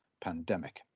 pandemic